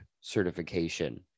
certification